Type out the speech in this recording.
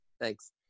Thanks